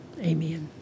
amen